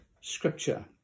Scripture